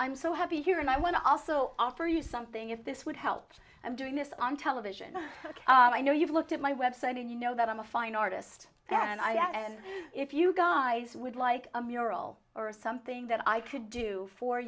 i'm so happy here and i want to also offer you something if this would help i'm doing this on television i know you've looked at my website and you know that i'm a fine artist and i act as if you guys would like a mural or something that i could do for